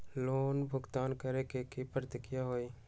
Loan भुगतान करे के की की प्रक्रिया होई?